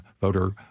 voter